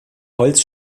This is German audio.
holz